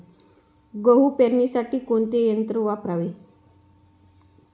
गहू पेरणीसाठी कोणते यंत्र वापरावे?